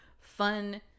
fun